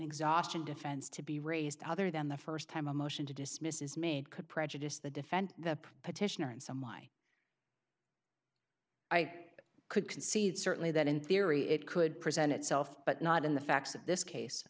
exhaustion defense to be raised other than the first time a motion to dismiss is made could prejudice the defend the petitioner and some why i could concede certainly that in theory it could present itself but not in the facts in this case